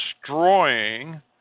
destroying